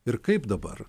ir kaip dabar